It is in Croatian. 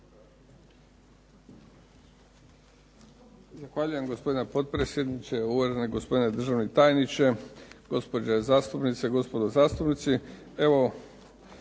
Hvala vam